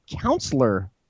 counselor